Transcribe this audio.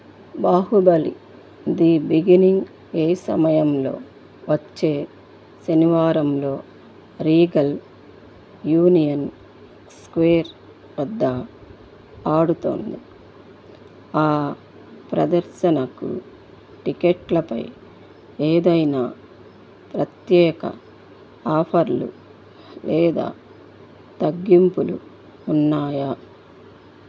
Baahubali the beginning ఏ సమయంలో వచ్చే శనివారంలో రీగల్ యూనియన్ స్క్వేర్ వద్ద ఆడుతోంది ఆ ప్రదర్శనకు టికెట్లపై ఏదైనా ప్రత్యేక ఆఫర్లు లేదా తగ్గింపులు ఉన్నాయా